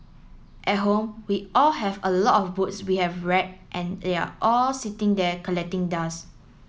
at home we all have a lot of books we have read and they are all sitting there collecting dust